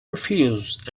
refused